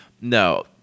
no